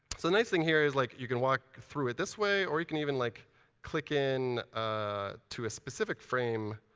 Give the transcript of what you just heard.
so the nice thing here is like you can walk through it this way, or you can even like click in to a specific frame.